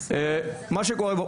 מה שקורה בפועל,